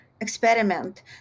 experiment